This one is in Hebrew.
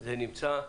זה נמצא.